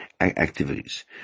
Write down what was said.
activities